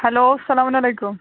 hello اسلام علیکُم